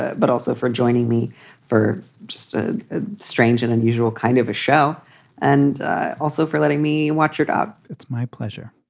ah but also for joining me for just a strange and unusual kind of a show and also for letting me watch your dog. it's my pleasure.